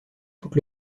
toute